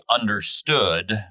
understood